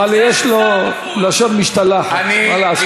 אבל יש לו לשון משתלחת, מה לעשות.